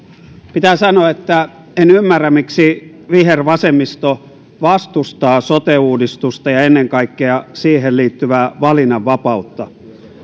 pitää sanoa että en ymmärrä miksi vihervasemmisto vastustaa sote uudistusta ja ennen kaikkea siihen liittyvää valinnanvapautta